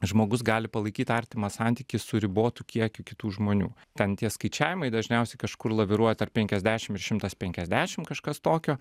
žmogus gali palaikyt artimą santykį su ribotu kiekiu kitų žmonių ten tie skaičiavimai dažniausiai kažkur laviruoja tarp penkiasdešim ir šimtas penkiasdešim kažkas tokio